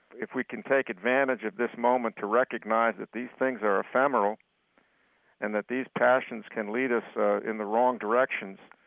if we can take advantage of this moment to recognize that these things are ephemeral and that these passions can lead us in the wrong directions,